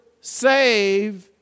save